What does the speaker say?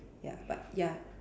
ya but ya